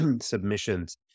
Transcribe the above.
submissions